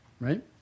right